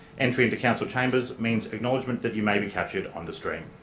entry into council chambers means acknowledgement that you may be captured on the stream.